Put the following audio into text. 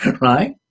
Right